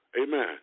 Amen